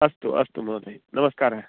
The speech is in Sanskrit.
अस्तु अस्तु महोदयः नमस्कारः